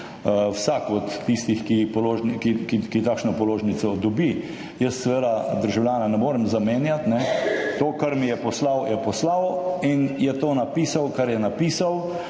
vsak od tistih, ki je takšno položnico dobil. Jaz seveda državljana ne morem zamenjati. To, kar mi je poslal, je poslal in je napisal, kar je napisal.